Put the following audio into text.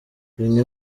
bimwe